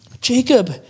Jacob